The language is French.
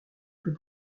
plus